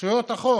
רשויות החוק,